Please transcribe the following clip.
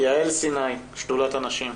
יעל סיני, שדולת הנשים.